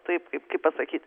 taip kaip pasakyt